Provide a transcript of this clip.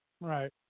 Right